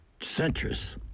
centrist